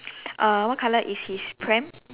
uh what color is his pram